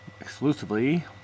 exclusively